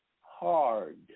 hard